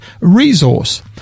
resource